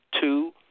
two